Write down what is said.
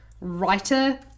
writer